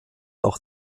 auch